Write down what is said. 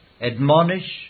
admonish